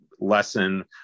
lesson